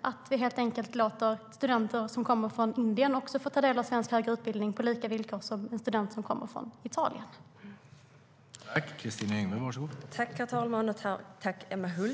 att låta studenter som kommer från Indien få ta del av svensk högre utbildning på samma villkor som studenter som kommer från Italien?